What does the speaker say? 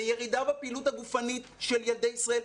לירידה בפעילות הגופנית של ילדי ישראל.